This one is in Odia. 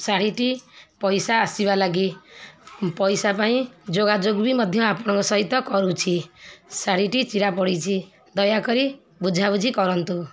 ଶାଢ଼ୀଟି ପଇସା ଆସିବା ଲାଗି ପଇସା ପାଇଁ ଯୋଗାଯୋଗ ବି ମଧ୍ୟ ଆପଣଙ୍କ ସହିତ କରୁଛି ଶାଢ଼ୀଟି ଚିରା ପଡ଼ିଛି ଦୟାକରି ବୁଝାବୁଝି କରନ୍ତୁ